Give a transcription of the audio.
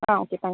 ah okay thanks